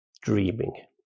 dreaming